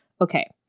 Okay